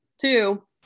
two